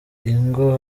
ingo